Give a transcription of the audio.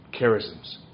charisms